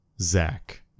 Zach